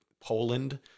Poland